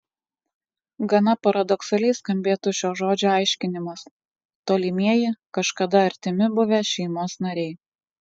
gana paradoksaliai skambėtų šio žodžio aiškinimas tolimieji kažkada artimi buvę šeimos nariai